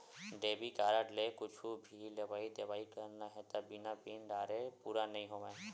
debit card ले कुछु भी लेवइ देवइ करना हे त बिना पिन डारे पूरा नइ होवय